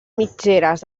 mitgeres